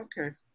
okay